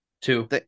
two